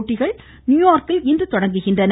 போட்டிகள் நியூயார்க்கில் இன்று தொடங்குகின்றன